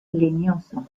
leñoso